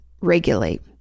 regulate